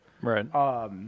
Right